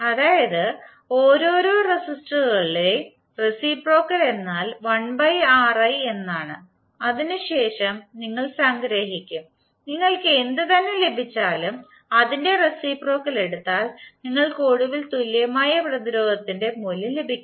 അതായത് ഓരോരോ റെസിസ്റ്ററുകളുടേം റേസിപ്രോക്കൽ എന്നാൽ 1Ri ആണ് അതിനുശേഷം നിങ്ങൾ സംഗ്രഹിക്കും നിങ്ങൾക്ക് എന്ത് തന്നെ ലഭിച്ചാലും അതിന്റെ റേസിപ്രോക്കൽ എടുത്താൽ നിങ്ങൾക്ക് ഒടുവിൽ തുല്യമായ പ്രതിരോധത്തിന്റെ മൂല്യം ലഭിക്കും